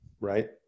right